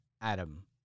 Adam